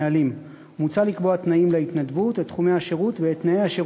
שלך, זה מה שהם